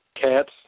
Cats